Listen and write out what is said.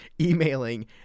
emailing